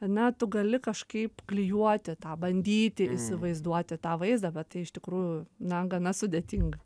na tu gali kažkaip klijuoti tą bandyti įsivaizduoti tą vaizdą bet tai iš tikrųjų na gana sudėtinga